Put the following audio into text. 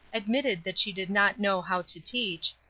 admitted that she did not know how to teach,